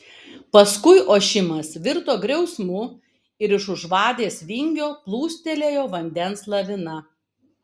paskui ošimas virto griausmu ir iš už vadės vingio plūstelėjo vandens lavina